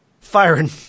firing